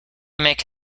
make